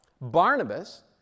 Barnabas